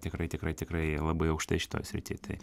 tikrai tikrai tikrai labai aukštai šitoj srity tai